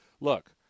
look